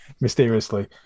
mysteriously